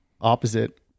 opposite